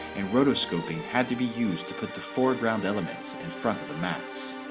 and rotoscoping had to be used to put the foreground elements in front of the mattes.